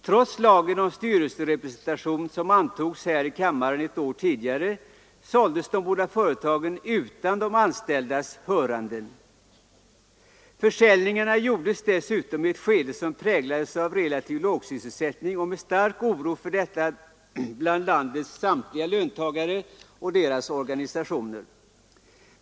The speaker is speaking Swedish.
Trots lagen om styrelserepresentation, som antogs här i kammaren ett år tidigare, såldes de båda företagen utan de anställdas hörande. Försäljningarna gjordes dessutom i ett skede som präglades av relativ lågsysselsättning och med stark oro för detta bland landets samtliga löntagare och deras organisationer.